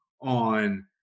on